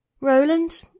Roland